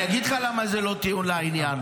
אני אגיד לך למה זה לא טיעון לעניין.